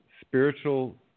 spiritual